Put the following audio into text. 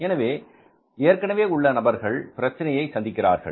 எனவே ஏற்கனவே உள்ள நபர்கள் பிரச்சனையை சந்திக்கிறார்கள்